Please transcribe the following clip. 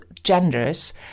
genders